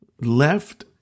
left